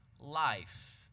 life